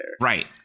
right